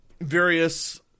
various